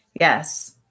Yes